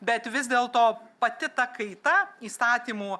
bet vis dėlto pati ta kaita įstatymų